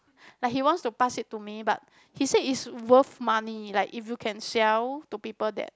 like he wants to pass it to me but he said it's worth money like if you can sell to people that